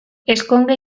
ezkonge